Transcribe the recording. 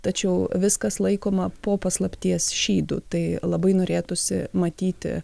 tačiau viskas laikoma po paslapties šydu tai labai norėtųsi matyti